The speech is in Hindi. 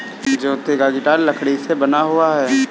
ज्योति का गिटार लकड़ी से बना हुआ है